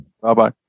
Bye-bye